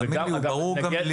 תאמין לי שהוא ברור גם לי.